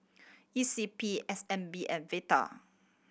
E C P S N B and Vital